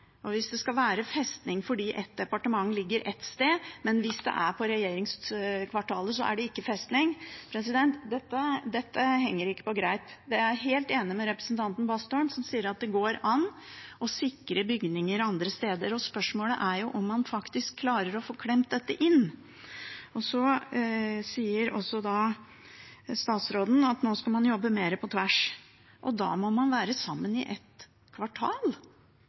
Hvis det er festning fordi ett departement ligger ett sted, men er det i regjeringskvartalet, er det ikke festning – dette henger ikke på greip. Det er jeg helt enig med representanten Bastholm i, som sier at det går an å sikre bygninger andre steder. Spørsmålet er om man faktisk klarer å få klemt dette inn. Statsråden sier også at man nå skal jobbe mer på tvers, og da må man være sammen i ett kvartal.